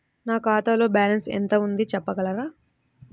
నా ఖాతాలో బ్యాలన్స్ ఎంత ఉంది చెప్పగలరా?